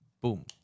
Boom